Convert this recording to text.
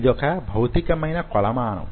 ఇది ఒక భౌతికమైన కొలమానం